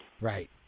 Right